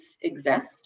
exist